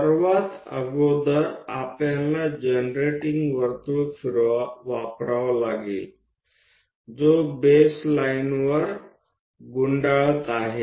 તે કરવા માટે સૌપ્રથમ આપણે એક જનરેટિંગ વર્તુળનો ઉપયોગ કરવો પડશે કે જે આ બેઝ લીટી પર ફરે છે